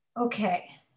Okay